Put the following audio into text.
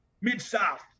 mid-south